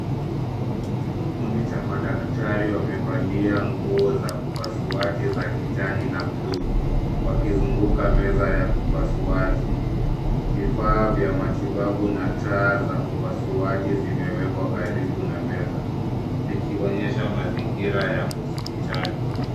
Kikundi cha madaktari wamevalia nguo za upasuaji za kijani na buluu, wakizunguka meza ya upasuaji. Vifaa vya matibabu na taa za upasuaji zimewekwa karibu na meza vikionyesha mazingira ya hospitali.